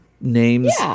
names